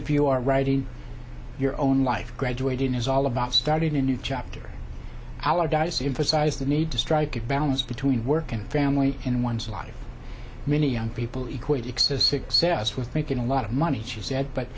of you are writing your own life graduating is all about starting a new chapter in our dicey emphasize the need to strike a balance between work and family in one's life many young people equally access success with making a lot of money she said but